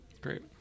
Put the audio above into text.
Great